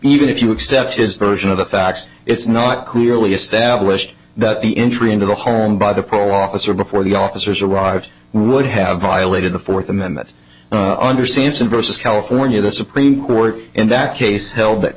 even if you accept his version of the facts it's not clearly established that the entry into the home by the prolonged officer before the officers arrived would have violated the fourth amendment under siege and versus california the supreme court in that case held that